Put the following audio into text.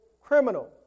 criminal